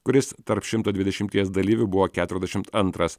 kuris tarp šimto dvidešimties dalyvių buvo keturiasdešimt antras